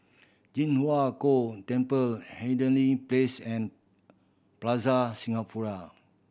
Ji Huang Kok Temple Hindhede Place and Plaza Singapura